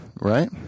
Right